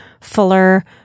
fuller